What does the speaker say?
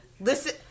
Listen